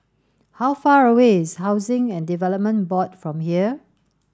how far away is Housing and Development Board from here